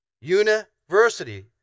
University